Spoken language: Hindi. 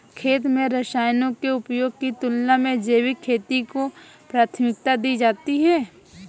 खेती में रसायनों के उपयोग की तुलना में जैविक खेती को प्राथमिकता दी जाती है